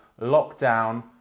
lockdown